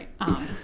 right